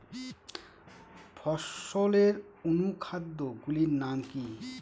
ফসলের অনুখাদ্য গুলির নাম কি?